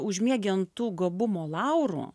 užmiegi ant tų gabumo laurų